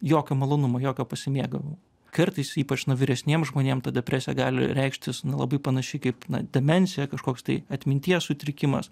jokio malonumo jokio pasimėgavimo kartais ypač na vyresniem žmonėm ta depresija gali reikštis labai panašiai kaip na demencija kažkoks tai atminties sutrikimas